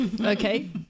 Okay